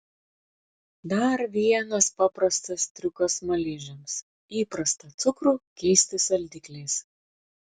dar vienas paprastas triukas smaližiams įprastą cukrų keisti saldikliais